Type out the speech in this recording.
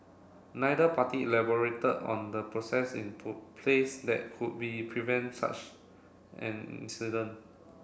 neither party elaborated on the process in place that could be prevent such an incident